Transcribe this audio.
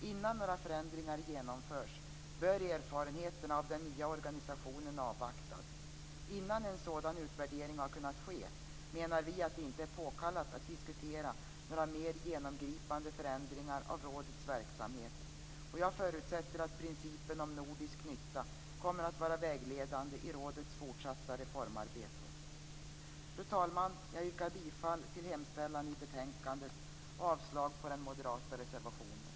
Innan några förändringar genomförs bör erfarenheter av den nya organisationen avvaktas. Innan en sådan utvärdering har kunnat ske menar vi att det inte är påkallat att diskutera några mer genomgripande förändringar av rådets verksamhet. Jag förutsätter att principen om nordisk nytta kommer att vara vägledande i rådets fortsatta reformarbete. Fru talman! Jag yrkar bifall till hemställan i betänkandet och avslag på den moderata reservationen.